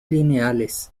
lineales